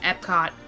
Epcot